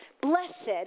Blessed